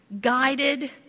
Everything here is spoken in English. guided